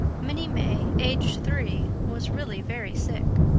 minnie may, aged three, was really very sick.